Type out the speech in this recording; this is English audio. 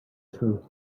through